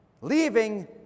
Leaving